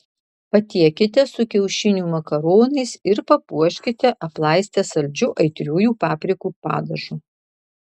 patiekite su kiaušinių makaronais ir papuoškite aplaistę saldžiu aitriųjų paprikų padažu